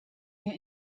wir